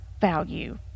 value